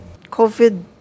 COVID